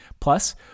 Plus